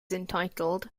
entitled